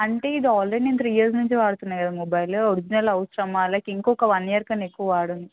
అంటే ఇది అల్రెడీ నేను త్రీ ఇయర్స్ నుంచి వాడుతున్నాను కదా మొబైల్ ఒరిజినల్ అవసరమా లేక ఇంకొక వన్ ఇయర్ కన్నా ఎక్కువ వాడను